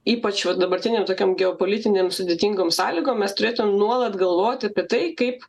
ypač va dabartinėm tokiom geopolitinėm sudėtingom sąlygom mes turėtumėm nuolat galvoti apie tai kaip